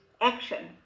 action